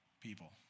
people